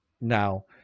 now